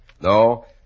No